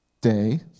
day